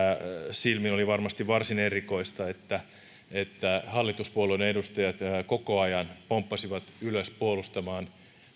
silmin oli varmasti varsin erikoista että että hallituspuolueiden edustajat koko ajan pomppasivat ylös puolustamaan